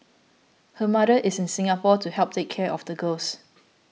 her mother is in Singapore to help take care of the girls